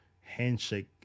handshake